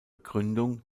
gründung